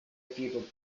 equipo